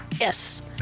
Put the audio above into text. Yes